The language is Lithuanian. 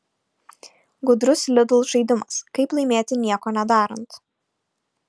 gudrus lidl žaidimas kaip laimėti nieko nedarant